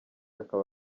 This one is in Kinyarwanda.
akaba